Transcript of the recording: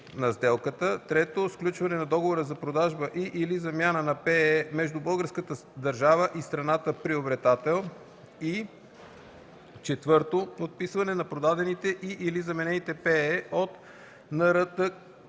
на сделката; 3. сключване на договора за продажба и/или замяна на ПЕЕ между българската държава и страната приобретател, и 4. отписване на продадените и/или заменените ПЕЕ от НРТКЕПГ